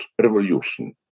Revolution